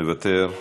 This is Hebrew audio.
מוותר,